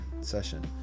session